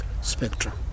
spectrum